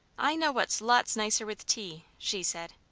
i know what's lots nicer with tea, she said.